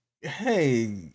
Hey